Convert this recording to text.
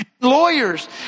lawyers